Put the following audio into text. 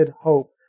hope